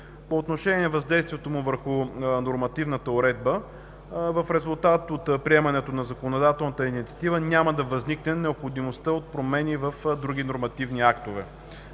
По отношение въздействието му върху нормативната уредба – в резултат от приемането на законодателната инициатива няма да възникне необходимостта от промени в други нормативни актове.